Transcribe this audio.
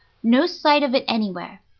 no sight of it anywhere.